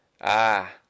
Ah